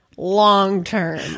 long-term